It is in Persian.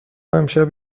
امشب